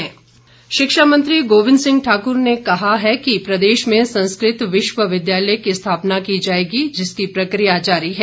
गोविंद ठाकुर शिक्षा मंत्री गोविंद सिंह ठाकुर ने कहा है कि प्रदेश में संस्कृत विश्वविद्यालय की स्थापना की जाएगी जिसकी प्रक्रिया जारी है